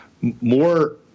more –